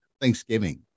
Thanksgiving